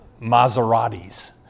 Maseratis